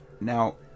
now